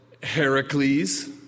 Heracles